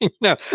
no